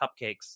cupcakes